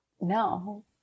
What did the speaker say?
no